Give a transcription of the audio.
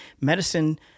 medicine